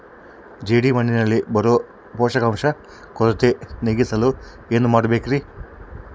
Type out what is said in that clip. ಜೇಡಿಮಣ್ಣಿನಲ್ಲಿ ಬರೋ ಪೋಷಕಾಂಶ ಕೊರತೆ ನೇಗಿಸಲು ಏನು ಮಾಡಬೇಕರಿ?